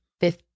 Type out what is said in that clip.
fifth